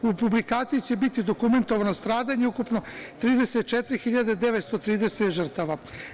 U publikaciji će biti dokumentovano stradanje ukupno 34.930 žrtava.